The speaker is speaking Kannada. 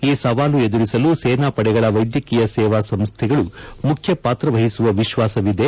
ಈ ಸವಾಲು ಎದುರಿಸಲು ಸೇನಾಪಡೆಗಳ ವೈದ್ಯಕೀಯ ಸೇವಾ ಸಂಸ್ವೆಗಳು ಮುಖ್ಯ ಪಾತ್ರ ವಹಿಸುವ ವಿಶ್ವಾಸವಿದೆ